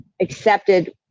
accepted